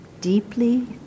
deeply